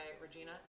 Regina